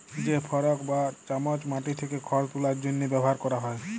যে ফরক বা চামচ মাটি থ্যাকে খড় তুলার জ্যনহে ব্যাভার ক্যরা হয়